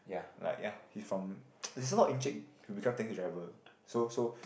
like ya he from there's a lot of who become taxi driver so so